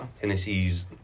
Tennessee's